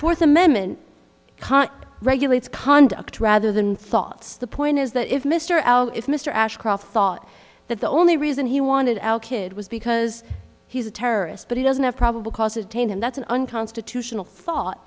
fourth amendment can't regulate conduct rather than thoughts the point is that if mr al if mr ashcroft thought that the only reason he wanted our kid was because he's a terrorist but he doesn't have probable cause attained and that's an unconstitutional thought